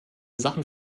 sachen